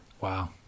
Wow